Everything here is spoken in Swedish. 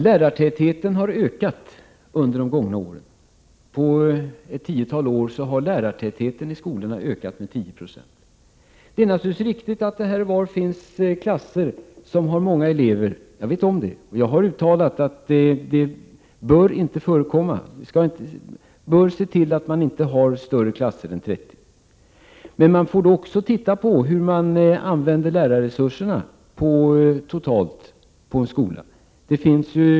Lärartätheten har ökat under de gångna åren. På ett tiotal år har lärartätheten i skolorna ökat med 10 96. Det är naturligtvis riktigt att det här och var finns klasser med många elever. Jag vet om det och jag har uttalat att det inte bör förekomma. Vi bör se till att det inte förekommer klasser som har mer än 30 elever. Men man får då också titta på hur lärarresurserna i en skola totalt används.